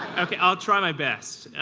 okay. i'll try my best.